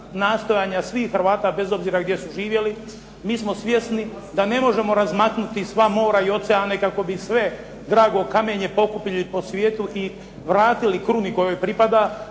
nastojanja svih Hrvata bez obzira gdje su živjeli. Mi smo svjesni da ne možemo razmaknuti sva mora i oceane kako bi sve drago kamenje pokupili po svijetu i vratili kruni kojoj pripada.